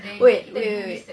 wait wait